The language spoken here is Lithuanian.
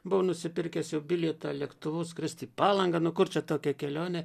buvau nusipirkęs jau bilietą lėktuvu skrist į palangą nu kur čia tokia kelionė